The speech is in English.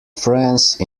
france